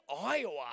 Iowa